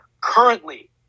Currently